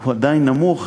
הוא עדיין נמוך